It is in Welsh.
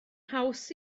haws